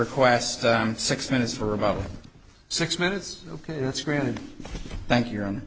request six minutes for about six minutes ok that's granted thank you